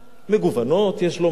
מגוונות, יש לומר.